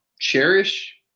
cherish